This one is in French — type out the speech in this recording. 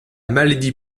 maladie